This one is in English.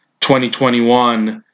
2021